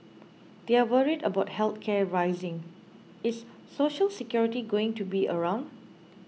they're worried about health care rising is Social Security going to be around